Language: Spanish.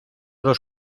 los